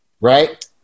Right